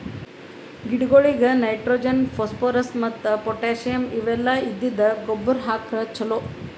ಗಿಡಗೊಳಿಗ್ nitrogen, phosphorus ಮತ್ತ್ potassium ಇವೆಲ್ಲ ಇದ್ದಿದ್ದ್ ಗೊಬ್ಬರ್ ಹಾಕ್ರ್ ಛಲೋ